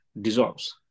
dissolves